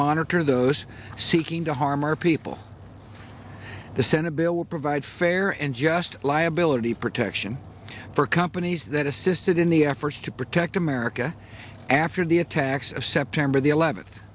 monitor those seeking to harm our people the senate bill will provide fair and just liability protection for companies that assisted in the efforts to protect america after the attacks of september the eleventh